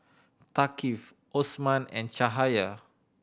Thaqif Osman and Cahaya